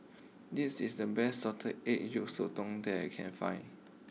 this is the best Salted Egg Yolk Sotong that I can find